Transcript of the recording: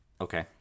okay